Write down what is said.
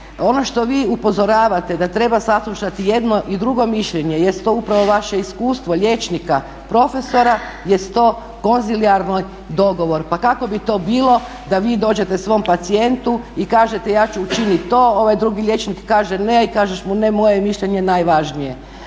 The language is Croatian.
ono što vi upozoravate da treba saslušati jedno i drugo mišljenje jest to upravo vaše iskustvo liječnika, profesora jest to konzilijarno dogovor. Pa kako bi to bilo da vi dođete svom pacijentu i kažete ja ću učiniti to, ovaj drugi liječnik kaže ne i kažeš moje je mišljenje najvažnije?